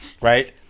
right